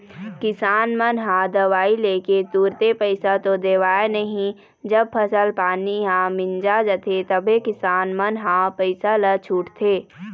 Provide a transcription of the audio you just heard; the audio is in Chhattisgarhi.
किसान मन ह दवई लेके तुरते पइसा तो देवय नई जब फसल पानी ह मिंजा जाथे तभे किसान मन ह पइसा ल छूटथे